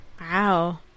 Wow